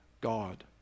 God